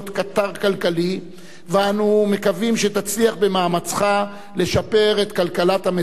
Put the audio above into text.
ואנו מקווים שתצליח במאמציך לשפר את כלכלת המדינה ולהעצים אותה.